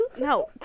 No